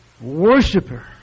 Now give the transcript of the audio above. worshiper